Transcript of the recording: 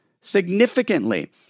significantly